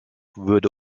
würde